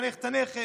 מחנך את הנכד.